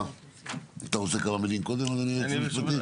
אתה רוצה להגיד כמה מילים, אדוני היועץ המשפטי?